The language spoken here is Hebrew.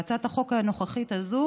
בהצעת החוק הנוכחית הזאת